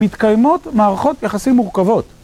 מתקיימות מערכות יחסים מורכבות.